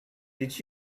did